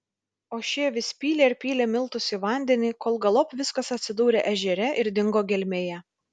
o šie vis pylė ir pylė miltus į vandenį kol galop viskas atsidūrė ežere ir dingo gelmėje